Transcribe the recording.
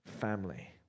family